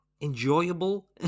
enjoyable